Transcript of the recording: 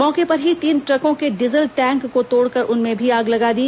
मौके पर ही तीन ट्रकों के डीजल टैंक को तोड़कर उनमें भी आग लगा दी